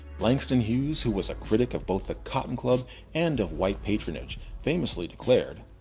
langston hughes, who was a critic of both the cotton club and of white patronage famously declared,